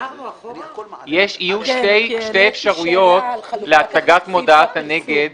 יהיו שתי אפשרויות להצגת מודעת הנגד